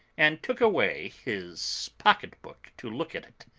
and took away his pocket-book to look at it.